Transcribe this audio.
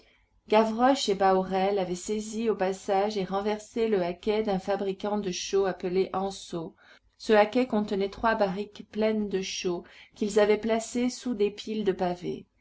gavroche et bahorel avaient saisi au passage et renversé le haquet d'un fabricant de chaux appelé anceau ce haquet contenait trois barriques pleines de chaux qu'ils avaient placées sous des piles de pavés